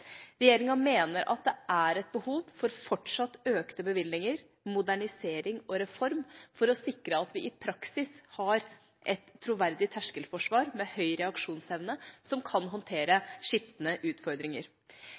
Regjeringa mener at det er et behov for fortsatt økte bevilgninger, for modernisering og for en reform for å sikre at vi i praksis har et troverdig terskelforsvar med høy reaksjonsevne som kan håndtere skiftende utfordringer.